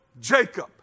Jacob